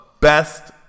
best